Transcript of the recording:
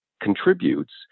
contributes